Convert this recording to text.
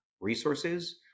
resources